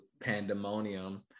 pandemonium